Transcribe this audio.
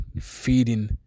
Feeding